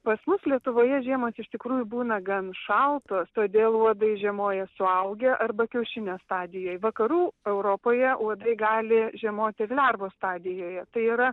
pas mus lietuvoje žiemos iš tikrųjų būna gan šaltos todėl uodai žiemoja suaugę arba kiaušinio stadijoj vakarų europoje uodai gali žiemoti ir lervos stadijoje tai yra